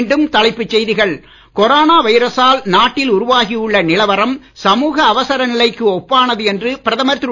மீண்டும் தலைப்புச் செய்திகள் கொரோனா வைரசால் நாட்டில் உருவாகியுள்ள நிலவரம் சமூக அவசர நிலைக்கு ஒப்பானது என்று பிரதமர் திரு